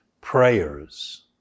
prayers